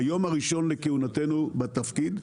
ביום הראשון לכהונתנו בתפקיד,